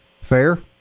Fair